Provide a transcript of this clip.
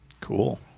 Cool